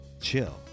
Chill